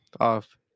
off